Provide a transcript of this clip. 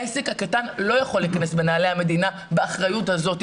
העסק הקטן לא יכול להיכנס בנעלי המדינה באחריות הזאת,